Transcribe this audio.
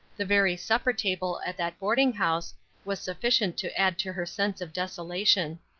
the very supper-table at that boarding-house was sufficient to add to her sense of desolation.